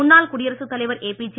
முன்னாள் குடியரசுத்தலைவர் ஏபிஜே